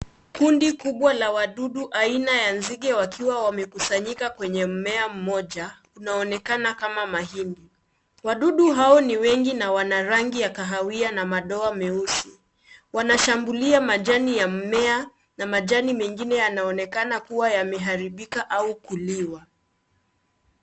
Kundi kubwa la wadudu aina ya nzige, wakiwa wamekusanyika kwenye mimea mmoja, unaonekana kama mahindi. Wadudu hawa ni wengi na wana rangi ya kahawia na madoa meusi. Wanashambulia majani ya mmea na majani mengine yanaonekana kuwa yameharibika au kuliwa.